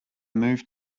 move